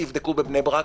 תבדקו בבני ברק,